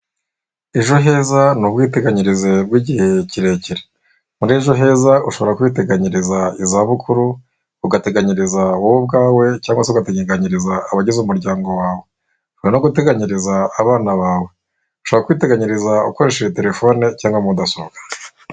Ejo heza ni ubwiteganyirize bw'igihe kirekire, muri ejo heza ushobora kwiteganyiriza izabukuru, ugateganyiriza wowe ubwawe, cyangwa se ugateganyiriza abagize umuryango wawe, ushobora no guteganyiriza abana bawe, ushobora kwiteganyiriza ukoresheje telefone cyangwa mudasobwa.